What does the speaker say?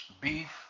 beef